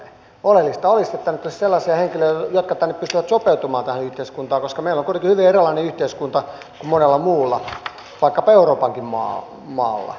oleellista olisi että tänne tulisi sellaisia henkilöitä jotka pystyvät sopeutumaan tähän yhteiskuntaan koska meillä on kuitenkin hyvin erilainen yhteiskunta kuin monella muulla vaikkapa euroopankin maalla